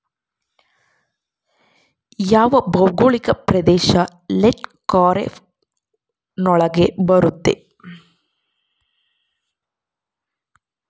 ಯಾವ ಭೌಗೋಳಿಕ ಪ್ರದೇಶ ಲೇಟ್ ಖಾರೇಫ್ ನೊಳಗ ಬರುತ್ತೆ?